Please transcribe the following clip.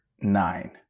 nine